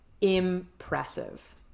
impressive